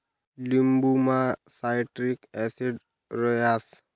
लिंबुमा citric acid रहास